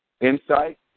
insight